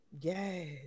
Yes